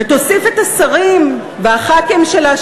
ותוסיף את השרים וחברי הכנסת שלה,